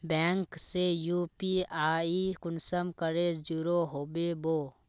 Bank से UPI कुंसम करे जुड़ो होबे बो?